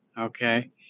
okay